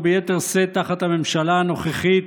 וביתר שאת תחת הממשלה הנוכחית,